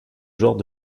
genre